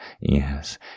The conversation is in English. Yes